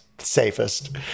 safest